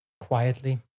quietly